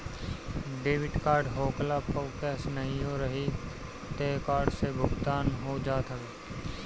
debit card होखला पअ cash नाहियो रही तअ कार्ड से भुगतान हो जात हवे